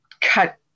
cut